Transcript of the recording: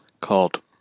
called